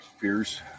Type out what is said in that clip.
Fears